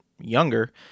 younger